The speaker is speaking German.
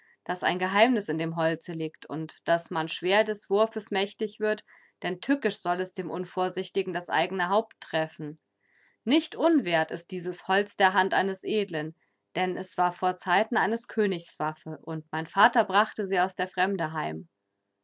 daß ein geheimnis in dem holze liegt und daß man schwer des wurfes mächtig wird denn tückisch soll es dem unvorsichtigen das eigene haupt treffen nicht unwert ist dieses holz der hand eines edlen denn es war vorzeiten eines königs waffe und mein vater brachte sie aus der fremde heim